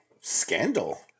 Scandal